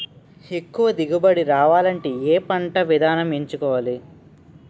ఎక్కువ దిగుబడి రావాలంటే ఏ పంట విధానం ఎంచుకోవాలి?